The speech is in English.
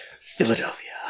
Philadelphia